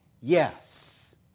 Yes